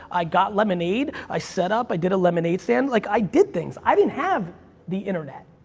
i got lemonade, i set up, i did a lemonade stand. like i did things. i didn't have the internet.